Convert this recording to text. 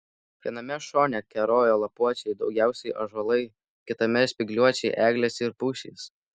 viename šone kerojo lapuočiai daugiausiai ąžuolai kitame spygliuočiai eglės ir pušys